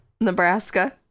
Nebraska